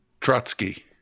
Trotsky